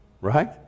Right